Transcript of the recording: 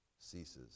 ceases